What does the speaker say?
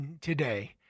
today